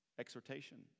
exhortation